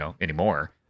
anymore